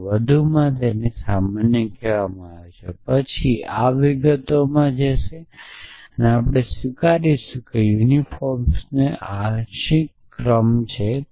આને વધુ સામાન્ય કહેવામાં આવે છે પછી આ વિગતોમાં જશે આપણે સ્વીકારીશું કે યુનિફોર્મર્સનો આંશિક ક્રમ છે